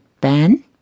Ben